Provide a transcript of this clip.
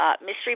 Mystery